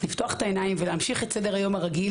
לפתוח את העיניים ולהמשיך את סדר היום הרגיל